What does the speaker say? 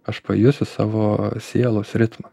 aš pajusiu savo sielos ritmą